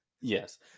Yes